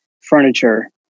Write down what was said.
furniture